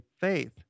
faith